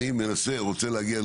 אני רוצה להגיע,